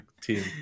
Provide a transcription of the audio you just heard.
team